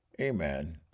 amen